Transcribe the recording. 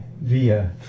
via